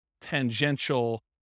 tangential